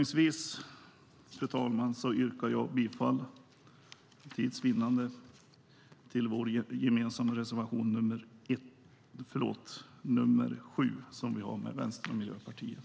För tids vinnande yrkar jag bifall till vår gemensamma reservation nr 7, som vi har tillsammans med Vänsterpartiet och Miljöpartiet.